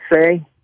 say